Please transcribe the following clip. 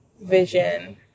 vision